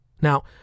Now